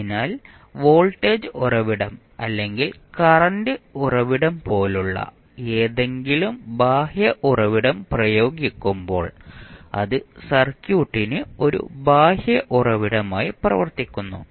അതിനാൽ വോൾട്ടേജ് ഉറവിടം അല്ലെങ്കിൽ കറന്റ് ഉറവിടം പോലുള്ള ഏതെങ്കിലും ബാഹ്യ ഉറവിടം പ്രയോഗിക്കുമ്പോൾ അത് സർക്യൂട്ടിന് ഒരു ബാഹ്യ ഉറവിടമായി പ്രവർത്തിക്കുന്നു